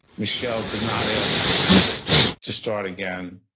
michelle did not ask to start again.